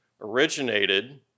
originated